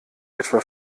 etwa